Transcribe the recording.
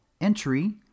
entry